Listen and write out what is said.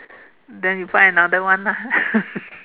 then you find another one lah